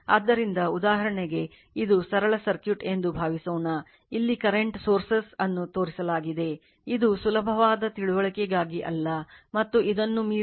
ಆದ್ದರಿಂದ ಉದಾಹರಣೆಗೆ ಇದು ಸರಳ ಸರ್ಕ್ಯೂಟ್ ಎಂದು ಭಾವಿಸೋಣ ಇಲ್ಲಿ ಕರೆಂಟ್ sources ಅನ್ನು ತೋರಿಸಲಾಗಿದೆ ಇದು ಸುಲಭವಾದ ತಿಳುವಳಿಕೆಗಾಗಿ ಅಲ್ಲ ಮತ್ತು ಇದನ್ನು ಮೀರಿದ v ನ ವೋಲ್ಟೇಜ್ ಇದೆ